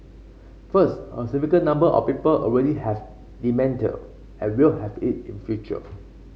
first a significant number of people already have dementia or will have it in future